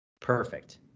Perfect